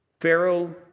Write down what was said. Pharaoh